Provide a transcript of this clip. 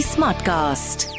Smartcast